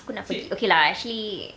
okay lah actually